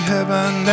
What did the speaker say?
Heaven